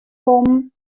kommen